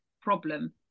problem